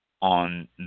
On